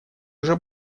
уже